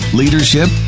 leadership